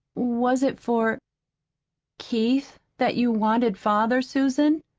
was it for keith that you wanted father, susan?